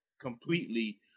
completely